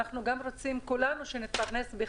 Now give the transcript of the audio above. אנחנו גם רוצים כולנו שנתפרנס בדרך